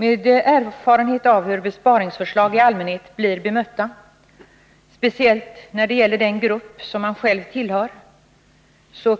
Med erfarenhet av hur besparingsförslag i allmänhet blir bemötta, speciellt när det gäller den grupp som man själv tillhör,